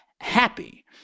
happy